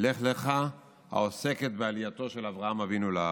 לך לך, העוסקת בעלייתו של אברהם אבינו לארץ.